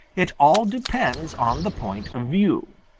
it all depends on the point of view.